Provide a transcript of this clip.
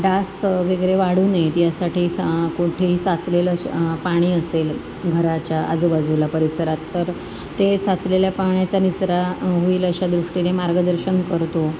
डास वगैरे वाढू नयेत यासाठी सा कोठेही साचलेलं श् पाणी असेल घराच्या आजूबाजूला परिसरात तर ते साचलेल्या पाण्याचा निचरा होईल अशा दृष्टीने मार्गदर्शन करतो